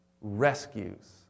rescues